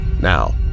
Now